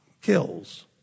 kills